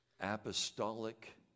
apostolic